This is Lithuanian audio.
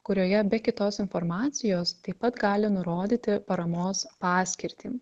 kurioje be kitos informacijos taip pat gali nurodyti paramos paskirtį